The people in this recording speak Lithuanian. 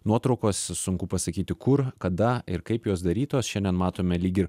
nuotraukos sunku pasakyti kur kada ir kaip jos darytos šiandien matome lyg ir